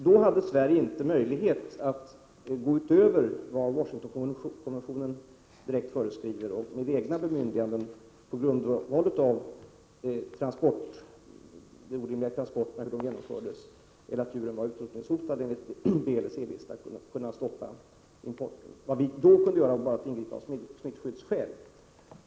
Då hade inte Sverige möjlighet att gå längre än vad Washingtonkonventionen direkt föreskriver och genom egna bemyndiganden — på grund av de oacceptabla transporterna eller det förhållandet att djuren var utrotningshotade enligt B eller C-listan — stoppa importen. Vid den tidpunkten kunde vi bara ingripa av smittskyddsskäl.